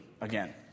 again